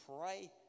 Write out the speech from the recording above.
pray